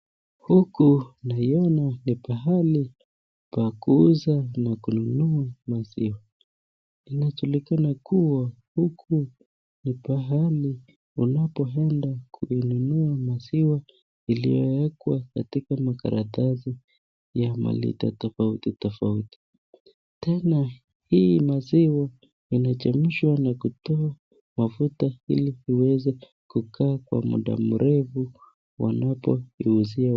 Huku naiona ni pahali pa kuuza na kununua maziwa. Inajulikana kua huku ni pahali wanapokwenda kununua maziwa yanayowekwa katika makaratasi ya malitre tofauti. Tena hii maziwa inachemshwa na kutoa mafuta ili kuweza kukaa muda mrefu wanapo iuzia...